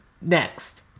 Next